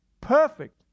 perfect